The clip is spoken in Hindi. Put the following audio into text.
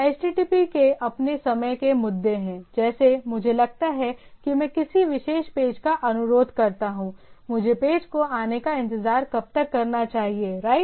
HTTP के अपने समय के मुद्दे हैं जैसे मुझे लगता है कि मैं किसी विशेष पेज का अनुरोध करता हूं मुझे पेज के आने का इंतजार कब तक करना चाहिएराइट